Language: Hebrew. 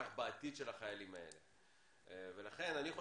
אני לא יודעת מ מדבר, אבל--- ענבל,